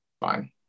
Fine